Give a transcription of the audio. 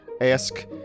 ask